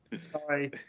Sorry